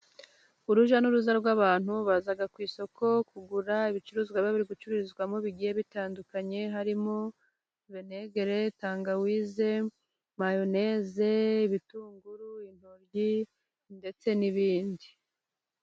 Urujya n'uruza rw'abantu, baza ku isoko kugura ibicuruzwa biba biri gucururizwamo bigiye bitandukanye, harimo vinegere, tangawizi, mayoneze, ibitunguru, intoyi ndetse n'ibindi.